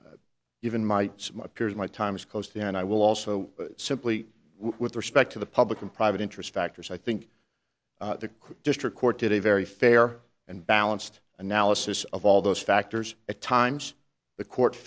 peers my time is close to and i will also simply with respect to the public and private interest factors i think the district court did a very fair and balanced analysis of all those factors at times the court